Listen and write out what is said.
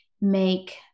make